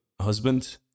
husband